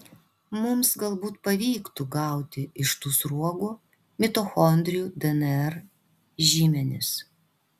mums galbūt pavyktų gauti iš tų sruogų mitochondrijų dnr žymenis